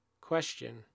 Question